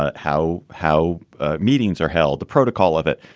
ah how how meetings are held, the protocol of it.